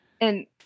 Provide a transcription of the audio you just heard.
And-